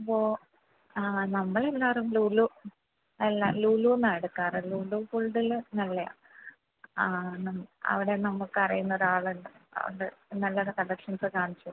ഓ ആ നമ്മൾ എല്ലാവരും ലുലു അല്ല ലുലുന്നാണ് എടുക്കാറ് ലുലു ഗോള്ഡിൽ നല്ലതാണ് ആ അവിടെ നമുക്ക് അറിയുന്നൊരാളുണ്ട് അതുകൊണ്ട് നല്ല നല്ല കളക്ഷന്സ് ഒക്കെ കാണിച്ചുതരും